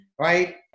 right